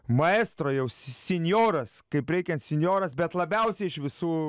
maestro jau sinjoras kaip reikiant sinjoras bet labiausiai iš visų